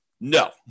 No